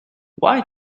why